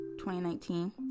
2019